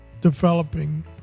developing